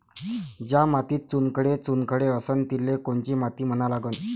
ज्या मातीत चुनखडे चुनखडे असन तिले कोनची माती म्हना लागन?